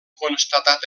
constatat